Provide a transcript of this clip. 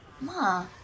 Ma